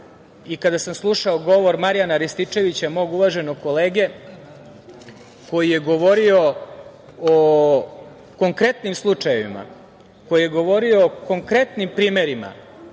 i kada sam slušao govor Marijana Rističevića, mog uvaženog kolege, koji je govorio o konkretnim slučajevima, koji je govorio o konkretnim primerima